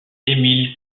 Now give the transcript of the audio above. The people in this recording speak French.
émile